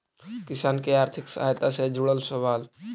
किसान के आर्थिक सहायता से जुड़ल सवाल?